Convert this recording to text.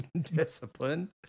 discipline